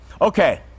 Okay